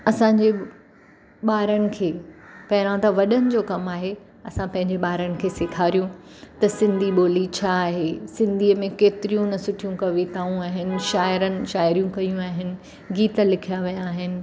असांजे ॿारनि खे पहिरां त वॾनि जो कमु आहे असां पंहिंजे ॿारनि खे सेखारियूं त सिंधी ॿोली छा आहे सिंधीअ में केतिरियूं न सुठियूं कविताऊं आहिनि शायरनि शायरियूं कयूं आहिनि गीत लिखिया विया आहिनि